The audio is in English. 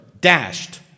dashed